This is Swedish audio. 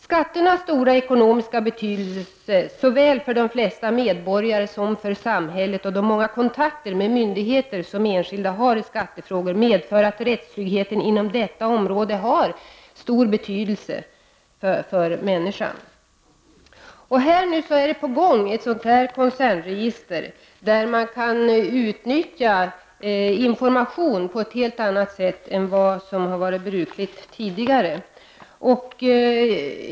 Skatternas stora ekonomiska betydelse såväl för de flesta medborgare som för samhället och de många kontakter med myndigheter som enskilda har i skattefrågor medför att rättstryggheten inom detta område har särskilt stor betydelse.” Här är nu ett koncernregister på gång där man kan utnyttja information på ett helt annat sätt än vad som tidigare har varit brukligt.